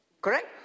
Correct